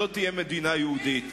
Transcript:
שלא תהיה מדינה יהודית.